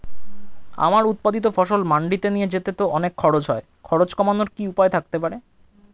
আমার উৎপাদিত ফসল মান্ডিতে নিয়ে যেতে তো অনেক খরচ হয় খরচ কমানোর কি উপায় থাকতে পারে?